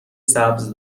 سبز